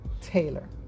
Taylor